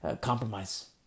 compromise